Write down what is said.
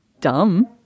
dumb